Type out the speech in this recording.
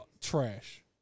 trash